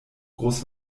groß